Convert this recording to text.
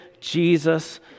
Jesus